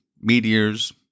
meteors